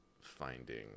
finding